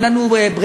אין לנו ברירה,